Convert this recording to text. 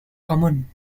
common